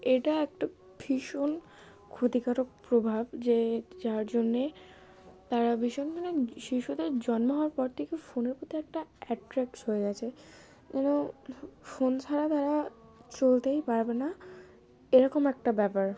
এটা একটা ভীষণ ক্ষতিকারক প্রভাব যে যার জন্যে তারা ভীষণ মানে শিশুদের জন্ম হওয়ার পর থেকে ফোনের প্রতি একটা অ্যাট্রাক্ট হয়ে গেছে যেন ফোন ছাড়া তারা চলতেই পারবে না এরকম একটা ব্যাপার